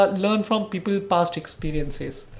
but learn from people's past experiences.